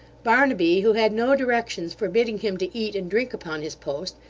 barnaby, who had no directions forbidding him to eat and drink upon his post,